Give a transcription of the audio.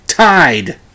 Tied